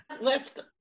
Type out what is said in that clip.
left